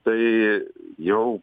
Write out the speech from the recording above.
tai jau